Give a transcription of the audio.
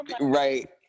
Right